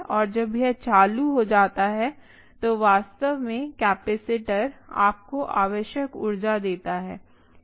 और जब यह चालू हो जाता है तो वास्तव में कैपेसिटर आपको आवश्यक ऊर्जा देता है